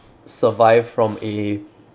survived from a